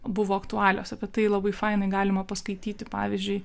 buvo aktualios apie tai labai fainai galima paskaityti pavyzdžiui